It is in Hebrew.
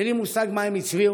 אין לי מושג מה הם הצביעו,